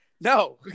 No